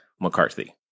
McCarthy